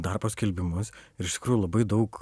darbo skelbimus ir iš tikrųjų labai daug